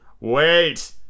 wait